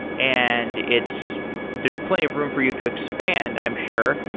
and it's there's plenty of room for you to expand, i'm sure.